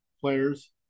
players